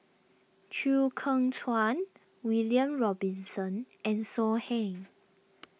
Chew Kheng Chuan William Robinson and So Heng